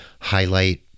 highlight